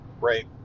right